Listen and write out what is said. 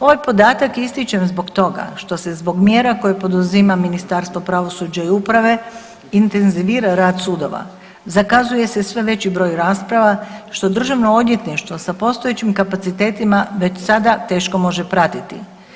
Ovaj podatak ističem zbog toga što se zbog mjera koje poduzima Ministarstvo pravosuđa i uprave intenzivira rad sudova, zakazuje se sve veći broj rasprava što državno odvjetništvo sa postojećim kapacitetima već sada teško može pratiti.